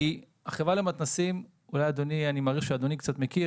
אני מעריך שאדוני קצת מכיר,